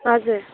हजुर